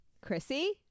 Chrissy